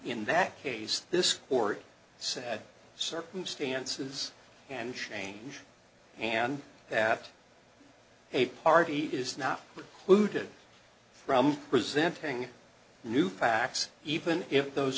in that case this court said circumstances and change and that a party is not looted from presenting new facts even if those